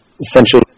essentially